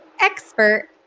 expert